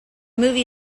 movie